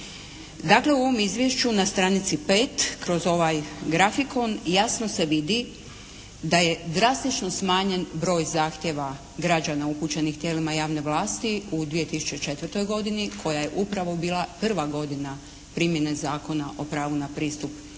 Dakle u ovom izvješću na stranici 5 kroz ovaj grafikon jasno se vidi da je drastično smanjen broj zahtjeva građana upućenih tijelima javne vlasti u 2004. godini koja je upravo bila prva godina primjene Zakona o pravu na pristup